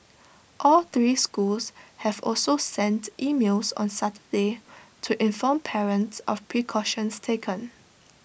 all three schools have also sent emails on Saturday to inform parents of precautions taken